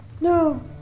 No